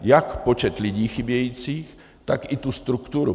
Jak počet lidí chybějících, tak i tu strukturu.